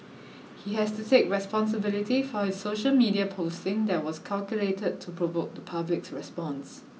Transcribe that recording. he has to take responsibility for his social media posting that was calculated to provoke the public's response